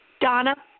Donna